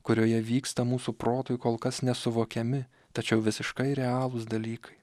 kurioje vyksta mūsų protui kol kas nesuvokiami tačiau visiškai realūs dalykai